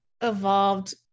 evolved